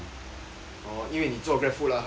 哦因为你做 GrabFood ah